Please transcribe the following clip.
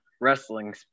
wrestling